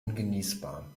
ungenießbar